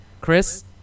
Chris